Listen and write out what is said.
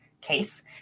case